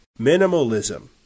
Minimalism